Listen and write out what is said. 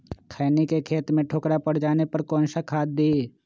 खैनी के खेत में ठोकरा पर जाने पर कौन सा खाद दी?